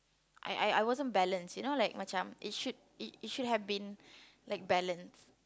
I I I wasn't balanced you know like macam it should it it should have been like balanced